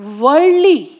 worldly